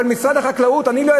אבל משרד החקלאות,